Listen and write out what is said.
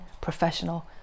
professional